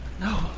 No